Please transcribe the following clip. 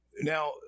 Now